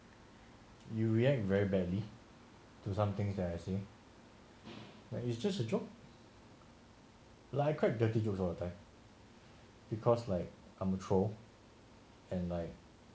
you react very badly to something that I say like it's just a joke like quite dirty jokes all the time because like amateur and like